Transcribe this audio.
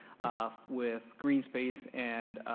um with green space and